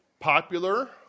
Popular